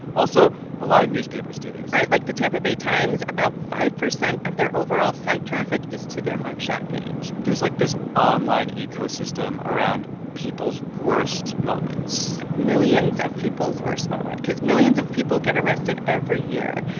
also a lot of newspapers do this right. like the tampa bay times about five percent of their overall site traffic is to their mug shot page there's, like, this online ecosystem around people's worst moments millions of people's worst moment because millions of people get arrested every year.